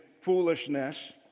foolishness